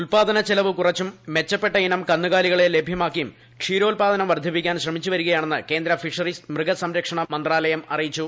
ഉൽപ്പാദന ചെലവ് കുറച്ചും മെച്ചപ്പെട്ടയിനം കന്നുകാലികളെ ലഭ്യമാക്കിയും ക്ഷീരോത്പാദനം വർദ്ധിപ്പിക്കാൻ ശ്രമിച്ചു വരികയാണെന്ന് കേന്ദ്ര ഫിഷറീസ് മൃഗസംരക്ഷണ മന്ത്രാലയം അറിയിച്ചു